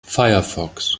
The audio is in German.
firefox